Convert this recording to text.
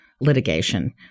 litigation